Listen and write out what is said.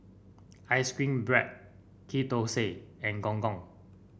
ice cream bread Ghee Thosai and Gong Gong